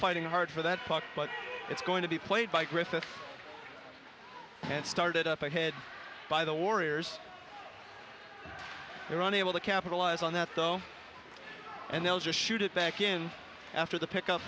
fighting hard for that puck but it's going to be played by griffith and started up ahead by the warriors irania will to capitalize on that and they'll just shoot it back in after the pick up